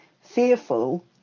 fearful